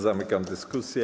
Zamykam dyskusję.